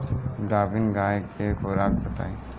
गाभिन गाय के खुराक बताई?